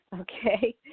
okay